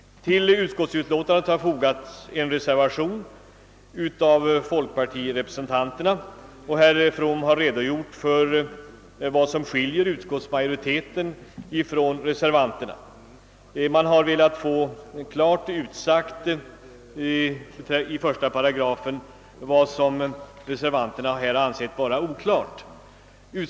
Till utskottsutlåtandet har fogats en reservation av folkpartirepresentanterna, och herr From har redogjort för vad som skiljer utskottsmajoritetens uppfattning från reservanternas. I 1 § har reservanterna velat få klart utsagt vad de ansett vara oklart uttryckt.